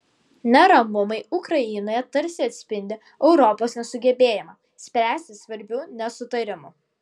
neramumai ukrainoje tarsi atspindi europos nesugebėjimą spręsti svarbių nesutarimų